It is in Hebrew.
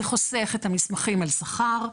זה חוסך את המסמכים על שכר,